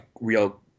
real